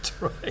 Right